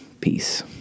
Peace